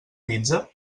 pizza